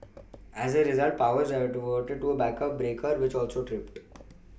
as a result power was diverted to a backup breaker which also tripped